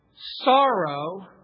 Sorrow